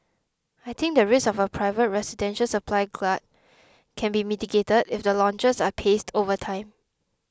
I think the risk of a private residential supply glut can be mitigated if the launches are paced over time